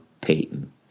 Payton